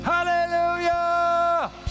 Hallelujah